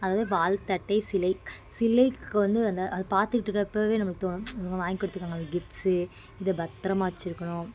அதாவது வாழ்த்தட்டை சிலை சிலைக்கு வந்து அந்த அது பார்த்துக்கிட்டு இருக்கிறப்பவே நம்மளுக்கும் தோணும் இவங்க வாங்கி கொடுத்துருக்காங்க கிஃப்ட்ஸ்ஸு இதை பத்திரமா வச்சிருக்கணும்